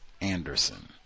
Anderson